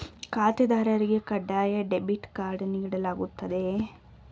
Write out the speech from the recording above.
ಖಾತೆದಾರರಿಗೆ ಕಡ್ಡಾಯ debit card ನೀಡಲಾಗುತ್ತದೆಯೇ?